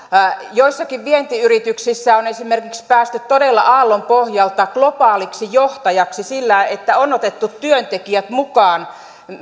joissakin vientiyrityksissä on esimerkiksi päästy todella aallonpohjalta globaaliksi johtajaksi sillä että on otettu työntekijät mukaan